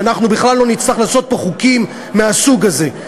שאנחנו בכלל לא נצטרך לחוקק פה חוקים מהסוג הזה.